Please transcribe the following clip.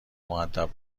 مودب